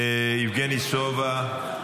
יבגני סובה.